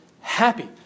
happy